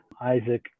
Isaac